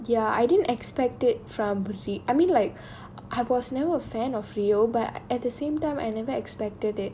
ya I didn't expect it from I mean like I was never a fan of rio but at the same time I never expected it